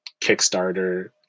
Kickstarter